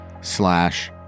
slash